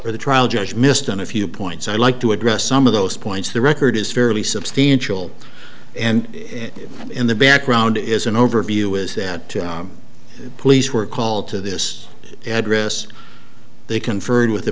or the trial judge missed on a few points i'd like to address some of those points the record is fairly substantial and it in the background is an overview is that police were called to this address they conferred with the